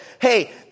hey